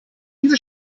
diese